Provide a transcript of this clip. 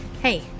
Hey